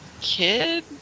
kid